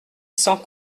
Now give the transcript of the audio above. sans